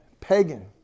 pagan